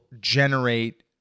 generate